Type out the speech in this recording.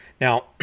Now